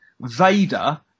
Vader